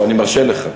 אני מרשה לך,